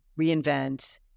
reinvent